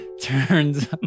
turns